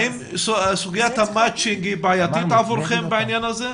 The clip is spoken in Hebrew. האם סוגיית המצ'ינג בעייתית עבורכם בעניין הזה?